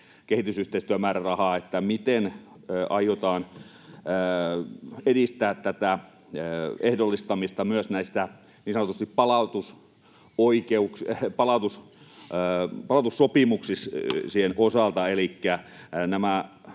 kehitysyhteistyömäärärahasta, että miten aiotaan edistää tätä ehdollistamista myös niin sanotusti palautussopimuksien osalta.